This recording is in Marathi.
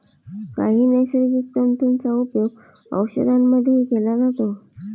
काही नैसर्गिक तंतूंचा उपयोग औषधांमध्येही केला जातो